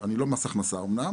אנחנו לא מס הכנסה אמנם,